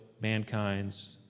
mankind's